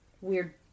weird